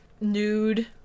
nude